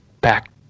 back